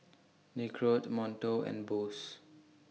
Nicorette Monto and Bose